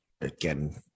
again